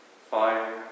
fire